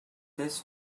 his